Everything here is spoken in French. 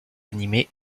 animer